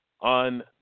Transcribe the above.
on